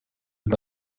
des